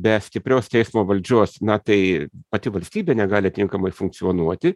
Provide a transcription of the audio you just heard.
be stiprios teismo valdžios na tai pati valstybė negali tinkamai funkcionuoti